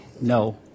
No